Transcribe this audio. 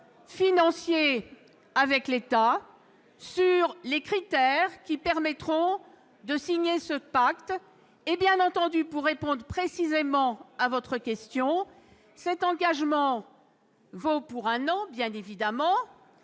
financier avec l'État, les critères qui permettront de signer ce pacte. Pour répondre précisément à votre question, cet engagement vaut pour un an, bien évidemment,